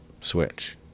switch